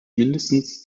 mindestens